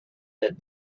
that